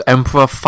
Emperor